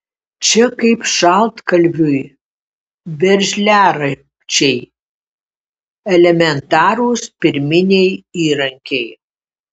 čia kaip šaltkalviui veržliarakčiai elementarūs pirminiai įrankiai